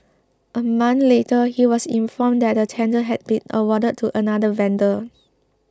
a month later he was informed that the tender had been awarded to another vendor